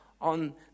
on